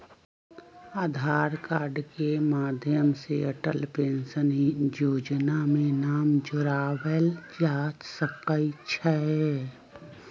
आधार card के माध्यम से अटल पेंशन जोजना में नाम जोरबायल जा सकइ छै